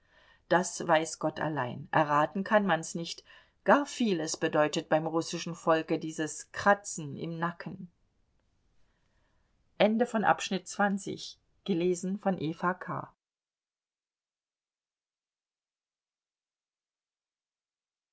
das weiß gott allein erraten kann man's nicht gar vieles bedeutet beim russischen volke dieses kratzen im nacken